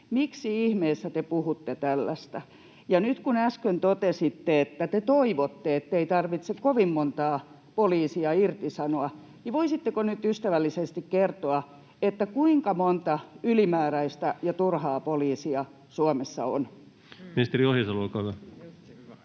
Miksi ihmeessä te puhutte tällaista? Ja kun äsken totesitte, että te toivotte, ettei tarvitse kovin montaa poliisia irtisanoa, niin voisitteko nyt ystävällisesti kertoa, kuinka monta ylimääräistä ja turhaa poliisia Suomessa on. Ministeri Ohisalo, olkaa hyvä.